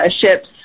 ships